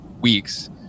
weeks